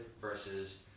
versus